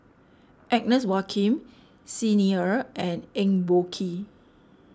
Agnes Joaquim Xi Ni Er and Eng Boh Kee